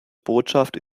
botschaft